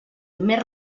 més